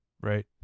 right